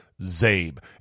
ZABE